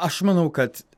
aš manau kad